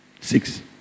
Six